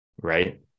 right